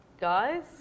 guys